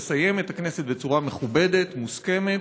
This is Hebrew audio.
לסיים את הכנסת בצורה מכובדת ומוסכמת,